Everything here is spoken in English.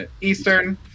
Eastern